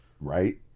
Right